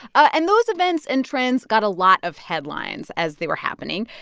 and those events and trends got a lot of headlines as they were happening.